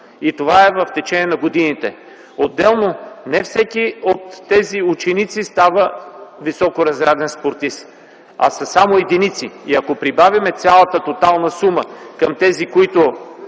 и то в течение на годините. Отделно не всеки от тези ученици става високоразряден спортист, а единици. Ако прибавим тоталната сума към тези, които